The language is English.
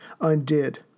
undid